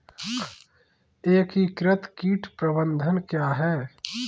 एकीकृत कीट प्रबंधन क्या है?